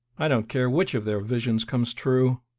i don't care which of their visions comes true,